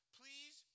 please